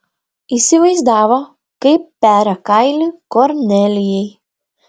įsivaizdavo kaip peria kailį kornelijai